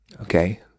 Okay